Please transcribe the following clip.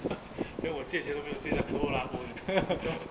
then 我节节都没有节到够 lah 我 yi~ so